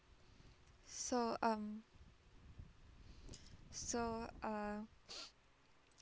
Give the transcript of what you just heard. so um so uh